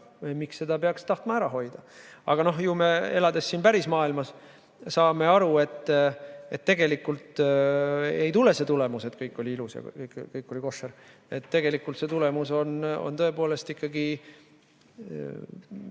miks seda peaks tahtma ära hoida. Aga ju me, elades päris maailmas, saame aru, et tegelikult ei tule sellist tulemust, et kõik oli ilus ja kõik oli koššer. Tegelikult see tulemus tõepoolest näitab